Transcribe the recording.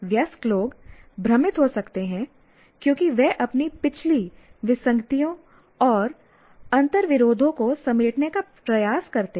वयस्क लोग भ्रमित हो सकते हैं क्योंकि वे अपनी पिछली विसंगतियों और अंतर्विरोधों को समेटने का प्रयास करते हैं